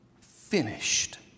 finished